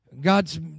God's